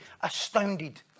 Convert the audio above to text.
astounded